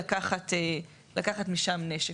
לקחת משם נשק,